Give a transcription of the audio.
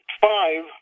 five